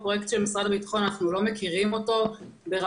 אנחנו לא מכירים את הפרויקט של משרד